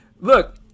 look